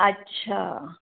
अच्छा